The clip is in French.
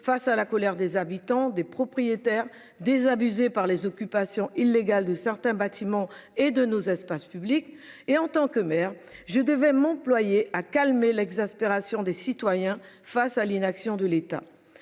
face à la colère des habitants des propriétaires désabusés par les occupations illégales de certains bâtiments et de nos espaces publics et en tant que maire je devais m'employer à calmer l'exaspération des citoyens face à l'inaction de l'État